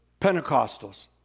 Pentecostals